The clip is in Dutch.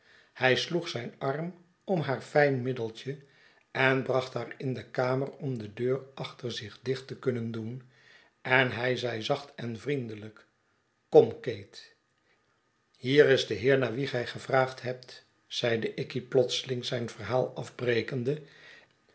hij sloeg zijn arm om haar fijn middeltje en bracht haar in de kamer om de deur achter zich dicht te kunnen doen en hij zei zacht en vriendelijk kom kate hier is de heer naar wien gij gevraagd hebt zeide ikey plotseling zijn verhaal afbrekende